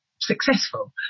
successful